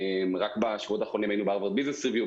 רק בשבועות האחרונים היינו ב-Harvard Business Review,